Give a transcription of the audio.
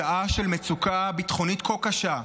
בשעה של מצוקה ביטחונית כה קשה,